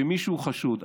שמישהו חשוד.